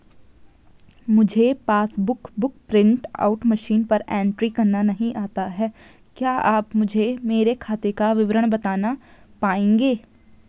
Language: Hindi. मुझे passbook book print out machine पर एंट्री करना नहीं आता है क्या आप मुझे मेरे खाते का विवरण बताना पाएंगे?